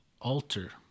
alter